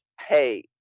hey